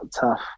tough